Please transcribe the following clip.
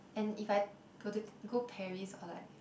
and if I were to go Paris or like